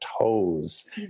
toes